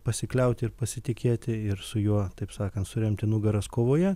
pasikliaut ir pasitikėti ir su juo taip sakant suremti nugaras kovoje